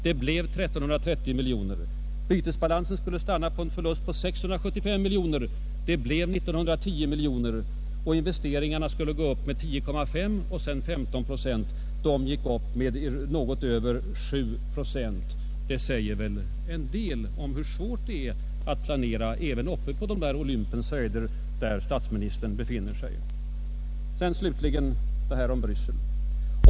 Det blev 1 330 miljoner. Bytesbalansen skulle stanna vid en förlust på 675 miljoner. Det blev 1 910 miljoner. Investeringarna skulle gå upp med först 10,5 procent och sedan 15 procent. De gick upp med något över 7 procent. Det säger väl en del om hur svårt det är att planera även uppe på de Olympens höjder där statsministern vistas. Slutligen till resonemanget om Bryssel!